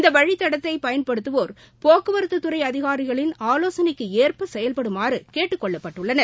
இந்த வழித்தடத்தை பயன்படுத்துவோர் போக்குவரத்து துறை அதிகாரிளின் ஆவோசனைகளுக்கு ஏற்ப செயல்படுமாறு கேட்டுக் கொள்ளப்பட்டுள்ளனர்